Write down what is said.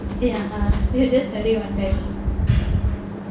ya then you just study one time